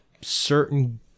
certain